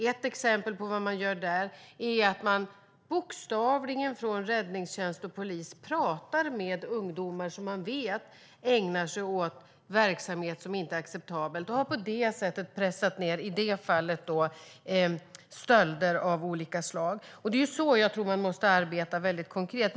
Ett exempel på vad som görs där är att räddningstjänsten och polisen pratar med ungdomar som de vet ägnar sig åt verksamhet som inte är acceptabel. De har på det sättet pressat ned mängden stölder av olika slag. Det är så jag tror att man måste arbeta konkret.